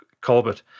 Colbert